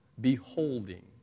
Beholding